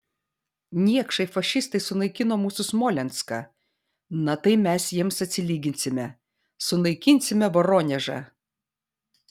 niekšai fašistai sunaikino mūsų smolenską na tai mes jiems atsilyginsime sunaikinsime voronežą